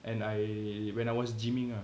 and I when I was gym-ing ah